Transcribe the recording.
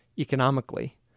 economically